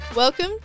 Welcome